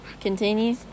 continue